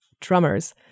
Drummers